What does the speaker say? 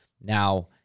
Now